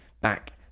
back